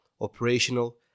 operational